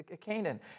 Canaan